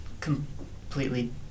completely